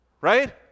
Right